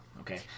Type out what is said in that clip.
okay